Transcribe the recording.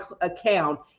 account